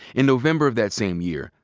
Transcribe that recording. in november of that same year,